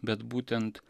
bet būtent